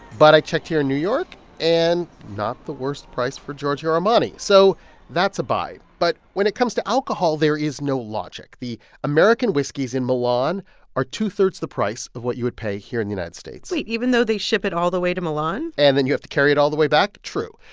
but i checked here in new york and not the worst price for giorgio armani, so that's a buy. but when it comes to alcohol, there is no logic. the american whiskeys in milan are two-thirds the price of what you would pay here in the united states wait even though they ship it all the way to milan and then you have to carry it all the way back true.